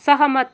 सहमत